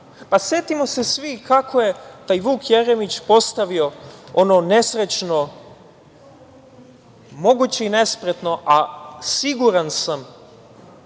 setimo se svi kako je taj Vuk Jeremić postavio ono nesrećno, moguće i nespretno, a siguran sam